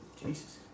Jesus